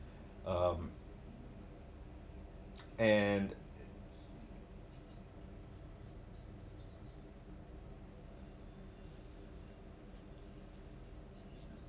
um and